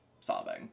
sobbing